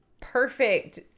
perfect